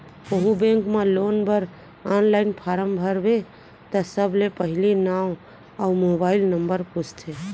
कोहूँ बेंक म लोन बर आनलाइन फारम भरबे त सबले पहिली नांव अउ मोबाइल नंबर पूछथे